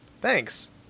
Thanks